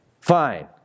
fine